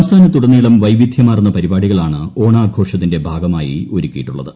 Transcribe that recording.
സംസ്ഥാനത്തുടനീളം വൈവിധ്യമാർന്ന പരിപാടികളാണ് ഓണാഘോഷത്തിന്റെ ഭാഗമായി ഒരുക്കിയിട്ടുള്ളത്